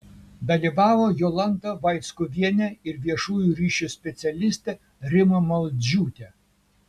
dalyvavo jolanta vaickuvienė ir viešųjų ryšių specialistė rima maldžiūtė